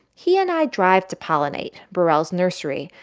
he and i drive to pollinate, burrell's nursery,